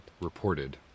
Reported